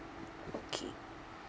okay